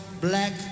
black